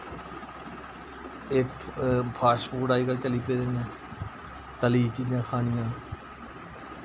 इक फास्टफूड अजकल्ल चली पेदे न तली दी चीजां खानियां